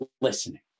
listening